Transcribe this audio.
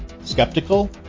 Skeptical